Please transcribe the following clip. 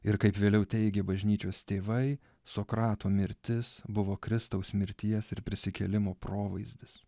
ir kaip vėliau teigė bažnyčios tėvai sokrato mirtis buvo kristaus mirties ir prisikėlimo provaizdis